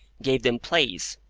gave them place,